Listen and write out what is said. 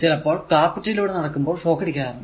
ചിലപ്പോൾ കാർപെറ്റ് ലൂടെ നടക്കുമ്പോൾ ഷോക്ക് അടിക്കാറുണ്ട്